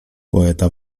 poeta